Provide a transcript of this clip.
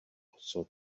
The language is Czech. osob